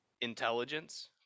intelligence